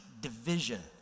division